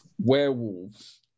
werewolves